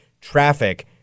traffic